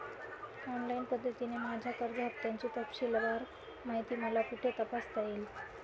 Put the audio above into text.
Online पद्धतीने माझ्या कर्ज हफ्त्याची तपशीलवार माहिती मला कुठे तपासता येईल?